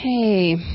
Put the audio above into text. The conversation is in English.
Hey